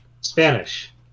Spanish